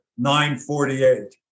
948